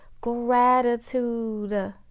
gratitude